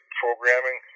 programming